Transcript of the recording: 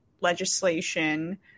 legislation